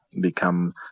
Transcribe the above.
become